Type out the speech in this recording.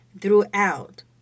throughout